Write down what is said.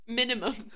minimum